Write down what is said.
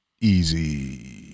easy